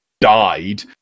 died